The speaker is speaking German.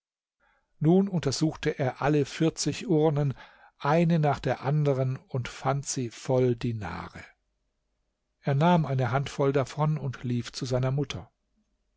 nun untersuchte er alle vierzig urnen eine nach der andern und fand sie voll dinare er nahm eine handvoll davon und lief zu seiner mutter